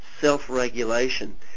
self-regulation